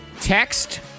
Text